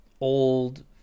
...old